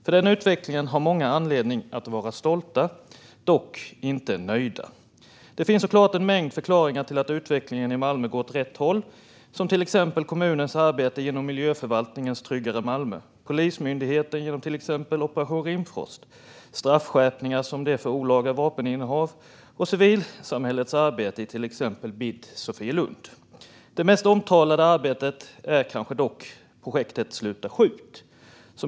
För den utvecklingen har många anledning att vara stolta, dock inte nöjda. Det finns såklart en mängd förklaringar till att utvecklingen i Malmö går åt rätt håll, som till exempel kommunens arbete genom miljöförvaltningens Tryggare Malmö, Polismyndighetens arbete genom till exempel Operation Rimfrost, straffskärpningar som den för olaga vapeninnehav och civilsamhällets arbete i till exempel BID Sofielund. Det mest omtalade arbetet är kanske dock projektet Sluta skjut.